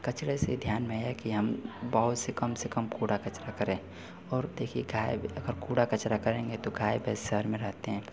कचरे से ध्यान में आया कि हम बहुत से कम से कम कूड़ा कचरा करें और देखिए क्या है अगर कूड़ा कचरा करेंगे तो गाय भेंस शहर में रहते हैं